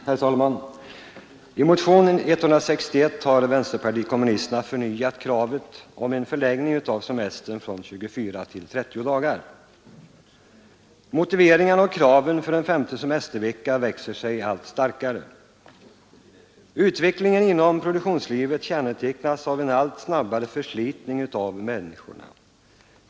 Herr talman! I motionen 161 har vänsterpartiet kommunisterna förnyat kravet på en förlängning av semestern från 24 till 30 dagar. Motiveringarna för och kraven på en femte semestervecka växer sig allt starkare. Utvecklingen inom produktionslivet kännetecknas av en allt snabbare förslitning av människorna.